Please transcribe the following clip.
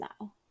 now